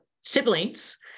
siblings